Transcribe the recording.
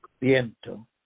Viento